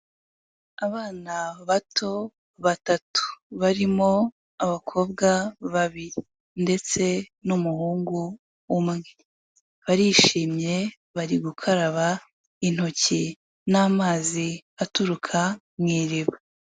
Abana bato batatu. Barimo abakobwa babiri ndetse n'umuhungu umwe. Barishimye bari gukaraba intoki n'amazi aturuka mu iriba.